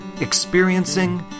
experiencing